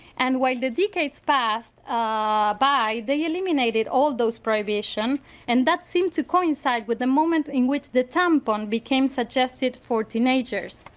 and while the decades passed ah by they eliminated all those prohibitions and that seemed to coincide with the moment in which the tampon became suggested for teenagers.